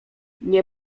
nie